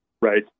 right